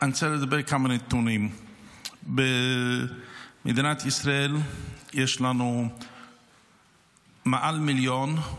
אני רוצה לדבר על כמה נתונים: במדינת ישראל יש לנו מעל מיליון,